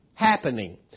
happening